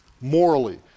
morally